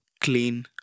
clean